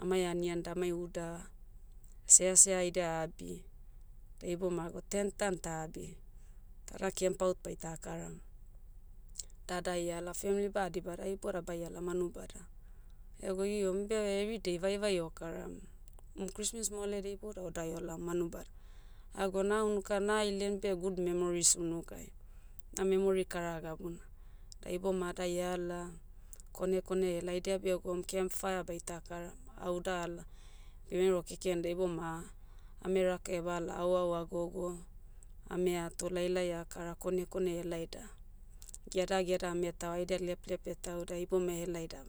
Amai anian damai uda, seasea haida abi. Da ibomai ago tent dan ta abi. Tada camp out baita kara. Dadai ala femli badibada ai iboda baiala manubada. Ego io umbe, eridei vaivai okaram. M- christmas moaledia iboda odae olam manubada. Aga na unuka na ailen beh good memories unukai. Na memory kara gabuna. Da iboma adai ala, kone kone elaidia beh gom camp fire baita karam. Au da ala, memero keken da ibom- ame rak bala auau ah gogo, ame ato lailai akara kone konea helai da, gedageda ame tao haidia laplap etao da iboumai helai da,